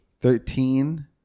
Thirteen